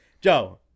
Joe